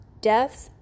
deaths